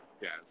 Yes